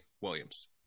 Williams